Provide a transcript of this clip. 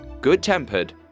good-tempered